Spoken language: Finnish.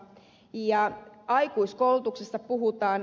aikuiskoulutuksen kohdalla sanotaan